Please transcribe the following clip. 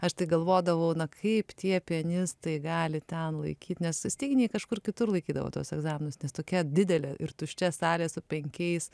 aš tai galvodavau na kaip tie pianistai gali ten laikyt nes styginiai kažkur kitur laikydavo tuos egzaminus nes tokia didelė ir tuščia salė su penkiais